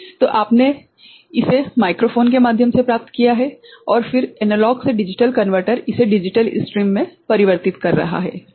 तो आपने इसे माइक्रोफ़ोन के माध्यम से प्राप्त किया है और फिर एनालॉग से डिजिटल कनवर्टर इसे डिजिटल स्ट्रीम में परिवर्तित कर रहा है ठीक है